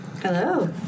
Hello